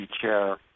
chair